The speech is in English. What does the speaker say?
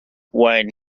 wine